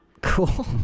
Cool